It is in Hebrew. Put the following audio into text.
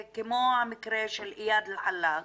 כמו המקרה של איאד אל חלאק,